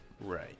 Right